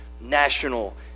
national